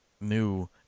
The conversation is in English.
new